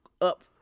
up